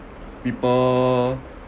people